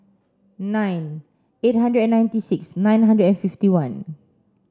nine eight hundred and ninety six nine hundred and fifty one